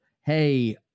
hey